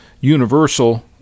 universal